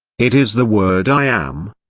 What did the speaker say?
it is the word i am.